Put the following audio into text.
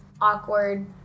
awkward